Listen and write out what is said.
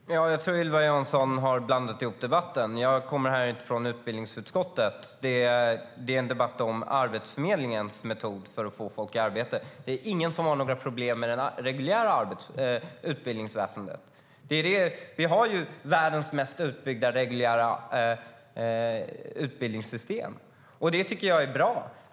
Fru talman! Jag tror att Ylva Johansson har blandat ihop debatten. Jag kommer inte från utbildningsutskottet, utan detta är en debatt om Arbetsförmedlingens metod för att få folk i arbete. Det är ingen som har några problem med det reguljära utbildningsväsendet. Vi har världens mest utbyggda reguljära utbildningssystem, och det tycker jag är bra.